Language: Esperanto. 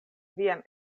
vian